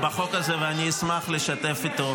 להצעת החוק --- תודה רבה לאלון שוסטר.